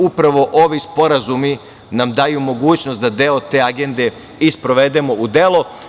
Upravo ovi sporazumi nam daju mogućnost da deo te agende i sprovedemo u delo.